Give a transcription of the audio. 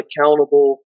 accountable